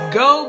go